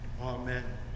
Amen